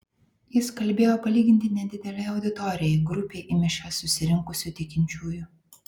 jis kalbėjo palyginti nedidelei auditorijai grupei į mišias susirinkusių tikinčiųjų